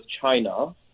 China